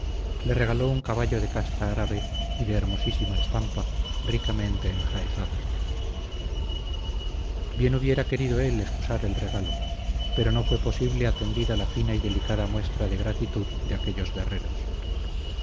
le regaló un caballo de casta árabe y de hermosísima estampa ricamente enjaezado bien hubiera querido él excusar el regalo pero no fue posible atendida la fina y delicada muestra de gratitud de aquellos guerreros